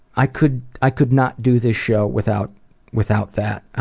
i could i could not do this show without without that.